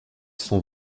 sont